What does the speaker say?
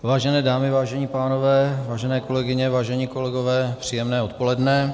Vážené dámy, vážení pánové, vážené kolegyně, vážení kolegové, příjemné odpoledne.